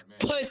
put